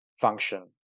function